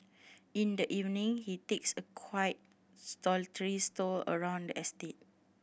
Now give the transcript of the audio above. in the evening he takes a quiet solitary stroll around the estate